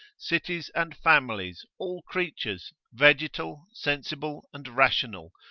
cities and families, all creatures, vegetal, sensible, and rational,